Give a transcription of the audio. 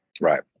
right